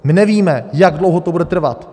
My nevíme, jak dlouho to bude trvat.